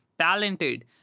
talented